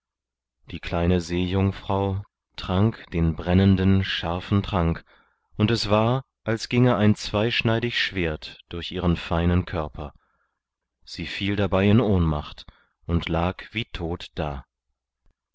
die kleine seejungfrau trank den brennenden scharfen trank und es war als ginge ein zweischneidig schwert durch ihren feinen körper sie fiel dabei in ohnmacht und lag wie tot da